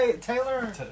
taylor